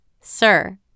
Sir